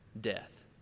death